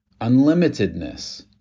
Unlimitedness